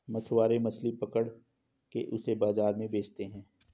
मछुआरे मछली पकड़ के उसे बाजार में बेचते है